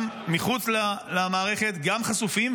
גם מחוץ למערכת, גם חשופים.